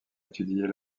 étudier